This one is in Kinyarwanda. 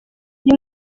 uyu